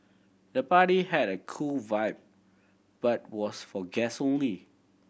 the party had a cool vibe but was for guest only